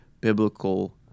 biblical